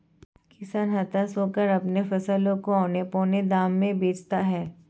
किसान हताश होकर अपने फसलों को औने पोने दाम में बेचता है